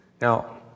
Now